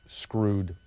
screwed